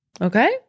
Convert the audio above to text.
Okay